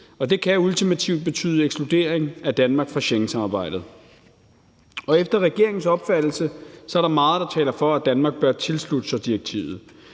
det kan ultimativt betyde ekskludering af Danmark fra Schengensamarbejdet. Efter regeringens opfattelse er der meget, der taler for, at Danmark bør tilslutte sig direktivet,